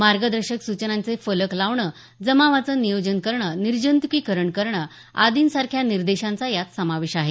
मार्गदर्शक सूचनांचे फलक लावणं जमावचं नियोजन करणं निर्जंतुकीकरण करणं आदींसारख्या निर्देशांचा यात समावेश आहे